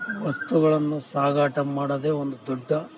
ವಸ್ತುಗಳನ್ನು ಸಾಗಾಟ ಮಾಡದೇ ಒಂದು ದೊಡ್ಡ